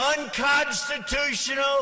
unconstitutional